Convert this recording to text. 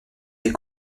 des